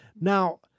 Now